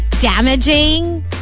damaging